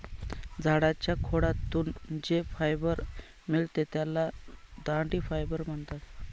झाडाच्या खोडातून जे फायबर मिळते त्याला दांडी फायबर म्हणतात